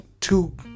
two